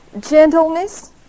gentleness